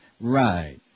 Right